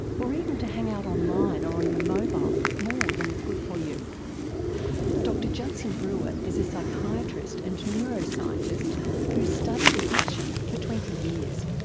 or even to hang out online or on your mobile more than is good for you. dr judson brewer is a psychiatrist and neuroscientist who's studied addiction for twenty years.